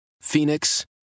Phoenix